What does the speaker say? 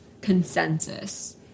consensus